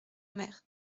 mer